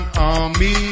army